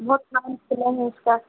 بہت نام سنا ہے اس کا